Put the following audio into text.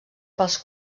pels